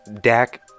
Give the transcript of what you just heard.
Dak